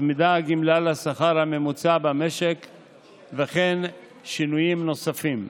הוצמדה הגמלה לשכר הממוצע במשק ונעשו שינויים נוספים.